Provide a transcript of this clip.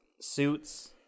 suits